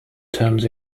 terms